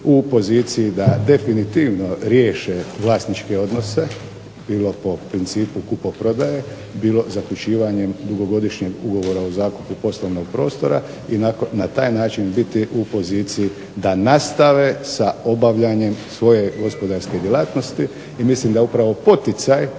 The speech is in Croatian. u poziciji da definitivno riješe vlasničke odnose bilo po principu kupoprodaje bilo zaključivanjem dugogodišnjeg ugovora o zakupu poslovnog prostora i na taj način biti u poziciji da nastave sa obavljanjem svoje gospodarske djelatnosti. I mislim da upravo poticaj,